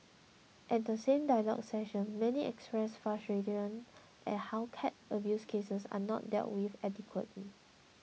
at the same dialogue session many expressed frustration at how cat abuse cases are not dealt with adequately